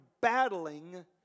battling